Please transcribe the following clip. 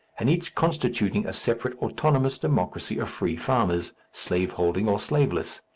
and each constituting a separate autonomous democracy of free farmers slaveholding or slaveless.